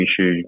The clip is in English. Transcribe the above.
issue